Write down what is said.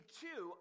two